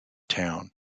town